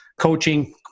coaching